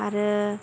आरो